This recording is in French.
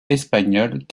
espagnole